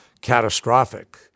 catastrophic